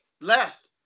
Left